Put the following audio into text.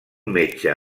metge